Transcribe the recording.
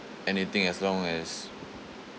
anything as long as